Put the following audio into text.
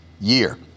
year